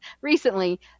recently